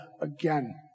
again